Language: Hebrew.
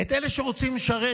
את אלה שרוצים לשרת,